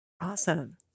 Awesome